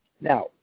Now